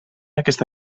aquesta